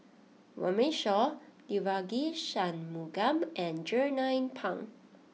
Runme Shaw Devagi Sanmugam and Jernnine Pang